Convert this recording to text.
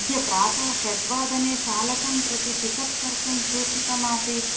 अद्य प्रातः षड्वादने चालकं प्रति पिकप् कर्तुं सूचितमासीत्